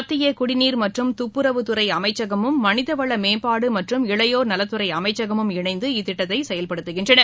மத்திய குடிநீர் மற்றும் துப்புரவுத்துறை அமைச்சகமும் மனிதவள மேம்பாடு மற்றும் இளையோர் நலத்துறை அமைச்சகமும் இணைந்து இத்திட்டத்தை செயல்படுத்துகின்றன